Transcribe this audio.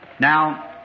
Now